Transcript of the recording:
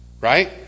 Right